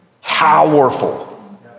Powerful